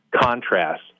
contrast